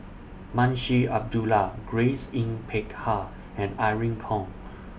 Munshi Abdullah Grace Yin Peck Ha and Irene Khong